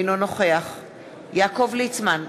אינו נוכח יעקב ליצמן,